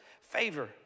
favor